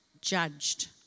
judged